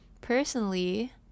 Personally